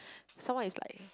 some more it's like